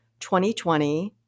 2020